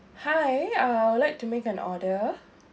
hi I would like to make an order